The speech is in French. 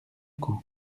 coups